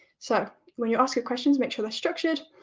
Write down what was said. so when you ask your questions, make sure they're structured.